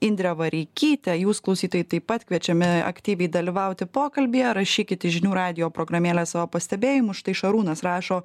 indre vareikyte jūs klausytojai taip pat kviečiami aktyviai dalyvauti pokalbyje rašykit į žinių radijo programėlę savo pastebėjimus štai šarūnas rašo